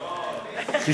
לא, נסים.